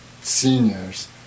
seniors